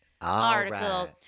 article